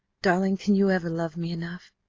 darling, can you ever love me enough?